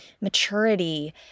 maturity